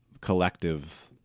collective